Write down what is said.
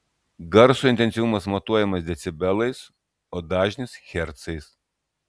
garso intensyvumas matuojamas decibelais o dažnis hercais